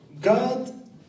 God